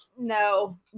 No